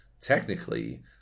technically